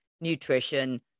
nutrition